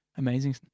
Amazing